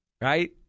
right